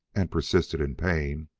and persisted in paying,